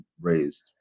raised